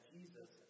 Jesus